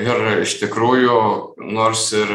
ir iš tikrųjų nors ir